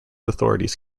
authorities